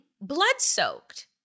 blood-soaked